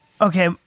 okay